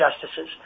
justices